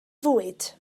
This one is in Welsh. fwyd